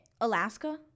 Alaska